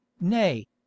Nay